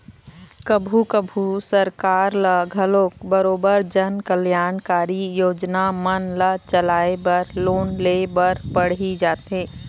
कभू कभू सरकार ल घलोक बरोबर जनकल्यानकारी योजना मन ल चलाय बर लोन ले बर पड़ही जाथे